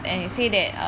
ah you